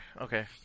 Okay